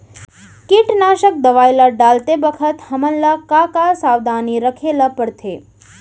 कीटनाशक दवई ल डालते बखत हमन ल का का सावधानी रखें ल पड़थे?